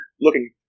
looking